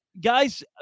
Guys